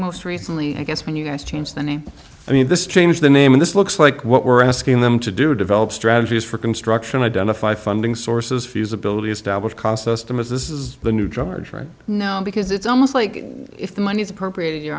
most recently i guess when you guys change the name i mean this change the name of this looks like what we're asking them to do develop strategies for construction identify funding sources feasibility establish cost estimates this is the new drug charges right now because it's almost like if the money is appropriate you're